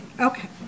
Okay